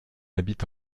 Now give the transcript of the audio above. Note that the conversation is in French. habite